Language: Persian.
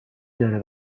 داره